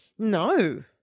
No